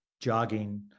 jogging